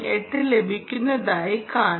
8 ലഭിക്കുന്നതായി കാണാം